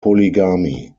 polygamy